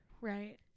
Right